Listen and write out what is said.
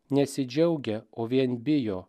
nesidžiaugia o vien bijo